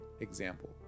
example